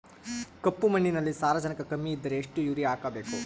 ಕಪ್ಪು ಮಣ್ಣಿನಲ್ಲಿ ಸಾರಜನಕ ಕಮ್ಮಿ ಇದ್ದರೆ ಎಷ್ಟು ಯೂರಿಯಾ ಹಾಕಬೇಕು?